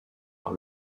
par